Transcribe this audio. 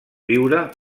biure